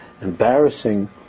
embarrassing